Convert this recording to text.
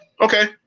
okay